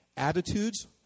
attitudes